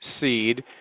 seed